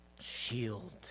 shield